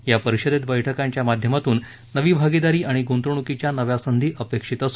या परिषदेत बैठकांच्या माध्यमातून नवी भागीदारी आणि गुंतवणूकीच्या नव्या संधी अपेक्षित आहेत